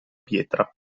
pietra